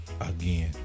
Again